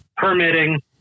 permitting